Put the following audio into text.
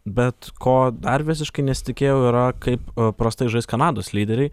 bet ko dar visiškai nesitikėjau yra kaip prastai žais kanados lyderiai